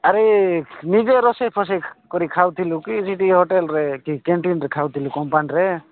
ଆରେ ନିଜେ ରୋଷେଇ ଫୋଷେଇ କରିକି ଖାଉଥିଲୁ କି ସେଠି ହୋଟେଲ୍ରେ କ୍ୟାଣ୍ଟିନ୍ରେ ଖାଉଥିଲୁ କମ୍ପାନୀରେ